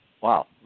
wow